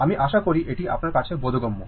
আমি আশা করি এটি আপনার কাছে বোধগম্য